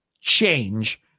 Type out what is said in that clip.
change